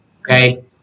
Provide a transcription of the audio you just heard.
Okay